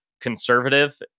conservative